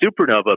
supernova